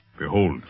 Behold